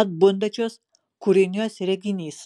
atbundančios kūrinijos reginys